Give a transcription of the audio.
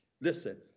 Listen